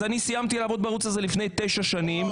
אני סיימתי לעבוד בערוץ הזה לפני 9 שנים.